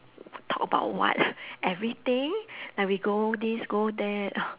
talk about what everything like we go this go that